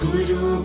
Guru